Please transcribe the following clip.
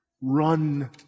Run